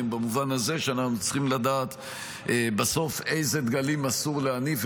במובן הזה שאנחנו צריכים לדעת בסוף אילו דגלים אסור להניף,